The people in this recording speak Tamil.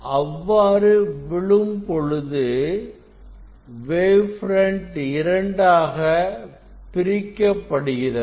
அவ்வாறு விழும் பொழுது வேவ் பிரண்ட் இரண்டாக பிரிக்கப்படுகிறது